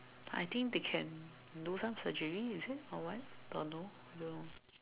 I think they can do some surgery is it or what don't know I don't know